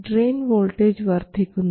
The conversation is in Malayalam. ഡ്രയിൻ വോൾട്ടേജ് വർദ്ധിക്കുന്നു